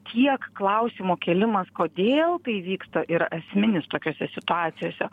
tiek klausimo kėlimas kodėl tai vyksta yra esminis tokiose situacijose